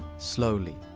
slowly.